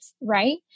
right